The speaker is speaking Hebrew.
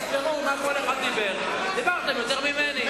תספרו מה כל אחד דיבר, ודיברתם יותר ממני.